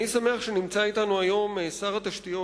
אני שמח שנמצא אתנו היום שר התשתיות,